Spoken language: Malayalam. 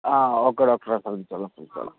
അ ഓക്കെ ഡോക്ടർ ഓക്കെ ശ്രദ്ധിച്ചോളാം ശ്രദ്ധിച്ചോളാം